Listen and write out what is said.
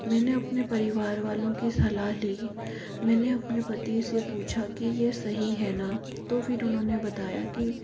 मैंने आपने परिवार वालों की सलाह ली मैंने आपने पति से पूछा था कि ये सही है ना तो फिर उन्होंने बताया कि